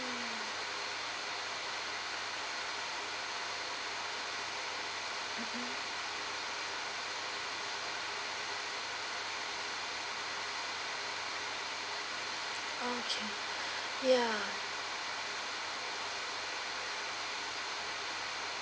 ya